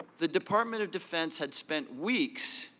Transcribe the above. the department of defense had spent weeks,